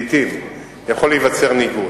לעתים יכול להיווצר ניגוד.